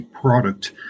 product